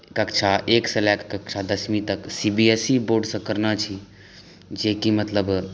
कक्षा एक सँ लए कऽ कक्षा दसवीं तक C B S E board सँ कएने छी जे कि मतलब